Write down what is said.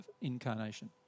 incarnation